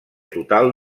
total